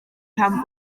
rhan